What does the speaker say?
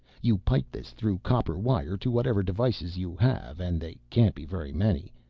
you pipe this through copper wire to whatever devices you have, and they can't be very many.